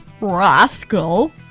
rascal